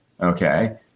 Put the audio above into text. Okay